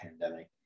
pandemic